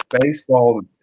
baseball